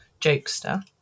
jokester